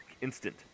Instant